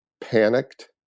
panicked